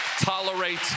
tolerate